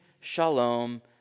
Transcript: shalom